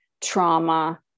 trauma